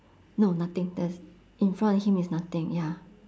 no nothing there's in front of him is nothing ya